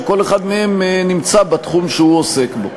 שכל אחד מהם נמצא בתחום שהוא עוסק בו.